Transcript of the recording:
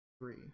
three